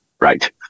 right